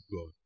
God